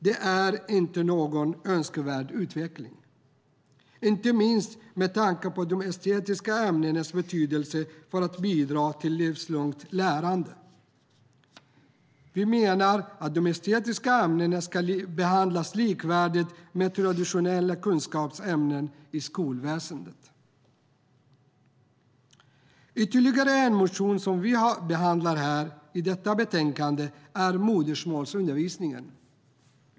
Det är inte någon önskvärd utveckling, inte minst med tanke på de estetiska ämnenas betydelse när det gäller att bidra till livslångt lärande. Vi menar att de estetiska ämnena ska behandlas likvärdigt med traditionella kunskapsämnen i skolväsendet. Ytterligare en motion som vi behandlar i detta betänkande handlar om modersmålsundervisningen.